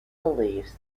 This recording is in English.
beliefs